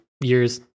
years